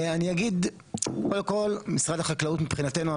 קודם כל משרד החקלאות מבחינתנו,